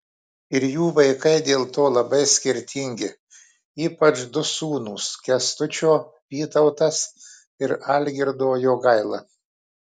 ir jų vaikai dėl to labai skirtingi ypač du sūnūs kęstučio vytautas ir algirdo jogaila